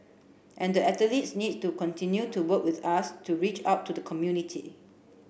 and the athletes need to continue to work with us to reach out to the community